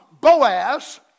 Boaz